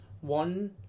One